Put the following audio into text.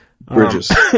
Bridges